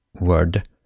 word